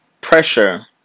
Pressure